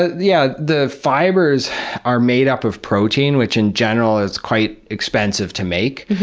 ah yeah the fibers are made up of protein, which in general is quite expensive to make,